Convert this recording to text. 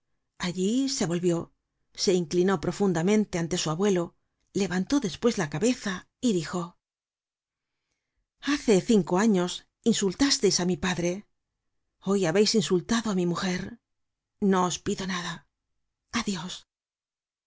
allí se volvió se inclinó profundamente ante su abuelo levantó despues la cabeza y dijo hace cinco años insultasteis á mi padre hoy habeis insultado á mi mujer no os pido nada adios el